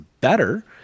better